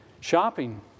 shopping